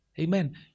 Amen